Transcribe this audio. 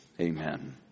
Amen